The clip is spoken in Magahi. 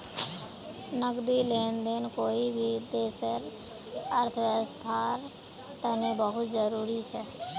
नकदी लेन देन कोई भी देशर अर्थव्यवस्थार तने बहुत जरूरी छ